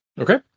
Okay